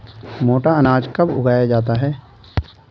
मोटा अनाज कब उगाया जाता है?